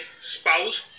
spouse